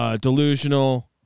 delusional